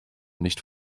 nicht